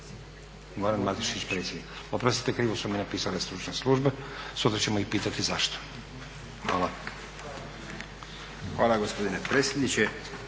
Goran Matešić predsjednik. Oprostite krivo su mi napisale stručne službe. Sutra ćemo ih pitati zašto. Hvala. **Matešić, Goran** Hvala gospodine predsjedniče,